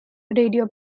radio